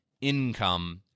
income